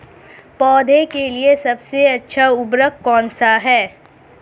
पौधों के लिए सबसे अच्छा उर्वरक कौन सा है?